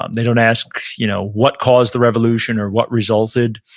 um they don't ask you know what caused the revolution, or what resulted.